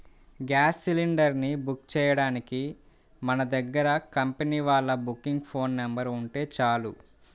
gas cylinder ని book చెయ్యడానికి మన దగ్గర కంపెనీ వాళ్ళ బుకింగ్ ఫోన్ నెంబర్ ఉంటే చాలు